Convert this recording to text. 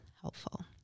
helpful